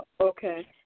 Okay